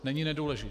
Není nedůležitý.